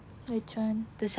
which one